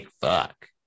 fuck